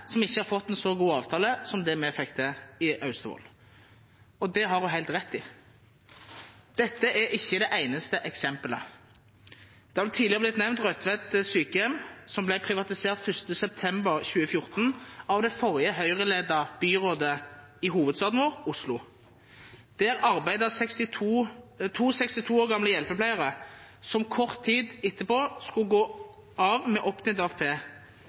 som ikke har fått en så god avtale som det vi fikk til i Austevoll. Og det har hun helt rett i. Dette er ikke det eneste eksempelet. Tidligere har det blitt nevnt Rødtvet sykehjem, som ble privatisert 1. september 2014 av det forrige Høyre-ledede byrådet i hovedstaden vår, Oslo. Der arbeidet to 62 år gamle hjelpepleiere som kort tid etterpå skulle gå av med opptjent AFP,